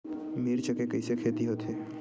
मिर्च के कइसे खेती होथे?